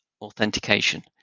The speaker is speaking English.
authentication